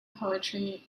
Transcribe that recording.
poetry